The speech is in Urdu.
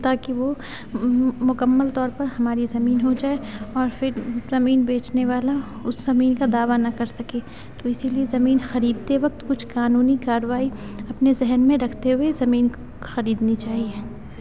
تاکہ وہ مکمل طور پر ہماری زمین ہو جائے اور پھر زمین بیچنے والا اس زمین کا دعویٰ نہ کر سکے تو اسی لیے زمین خریدتے وقت کچھ قانونی کاروائی اپنے ذہن میں رکھتے ہوئے زمین خریدنی چاہیے